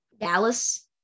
Dallas